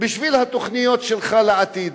בשביל התוכניות שלך לעתיד.